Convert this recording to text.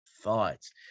thoughts